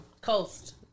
coast